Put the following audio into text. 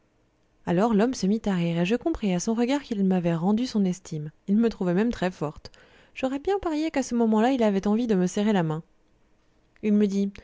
alors l'homme se mit à rire et je compris à son regard qu'il m'avait rendu son estime il me trouvait même très forte j'aurais bien parié qu'à ce moment-là il avait envie de me serrer la main il me dit